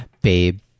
Babe